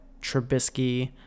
Trubisky